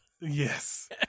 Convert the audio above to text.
Yes